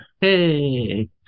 Hey